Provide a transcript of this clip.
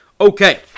Okay